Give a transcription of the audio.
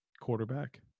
Quarterback